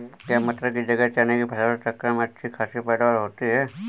क्या मटर की जगह चने की फसल चक्रण में अच्छी खासी पैदावार होती है?